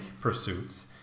pursuits